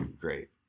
great